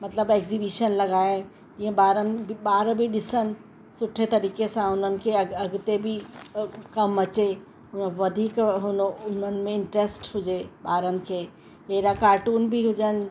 मतिलबु एग्ज़ीबीशन लॻाए जीअं ॿारनि ॿार बि ॾिसनि सुठे तरीक़े सां उन्हनि खे अॻु अॻिते बि कमु अचे वधीक हुन हुननि में इंट्रेस्ट हुजे ॿारनि खे अहिड़ा कार्टून बि हुजनि